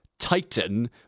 titan